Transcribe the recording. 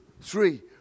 three